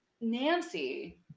Nancy